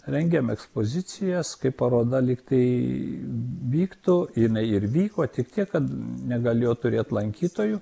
rengiam ekspozicijas kaip paroda lyg tai vyktų jinai ir vyko tik tiek kad negalėjo turėt lankytojų